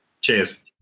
cheers